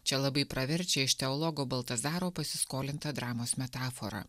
čia labai praverčia iš teologo baltazaro pasiskolintą dramos metaforą